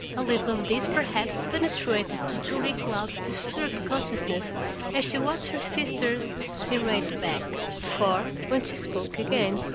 a little of this perhaps penetrated to julia cloud's disturbed consciousness as she watched her sister's irate back for, when she spoke again,